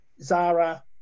zara